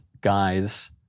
guy's